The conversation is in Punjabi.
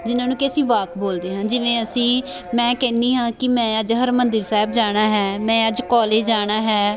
ਜਿਹਨਾਂ ਨੂੰ ਕਿ ਅਸੀਂ ਵਾਕ ਬੋਲਦੇ ਹਾਂ ਜਿਵੇਂ ਅਸੀਂ ਮੈਂ ਕਹਿੰਦੀ ਹਾਂ ਕਿ ਮੈਂ ਅੱਜ ਹਰਿਮੰਦਰ ਸਾਹਿਬ ਜਾਣਾ ਹੈ ਮੈਂ ਅੱਜ ਕੋਲੇਜ ਜਾਣਾ ਹੈ